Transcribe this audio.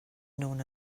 known